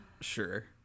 sure